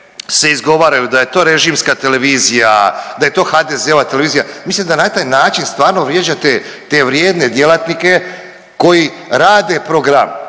se izgovaraju da je to režimska televizija, da je to HDZ-ova televizija, mislim da na taj način stvarno vrijeđate te vrijedne djelatnike koji rade program.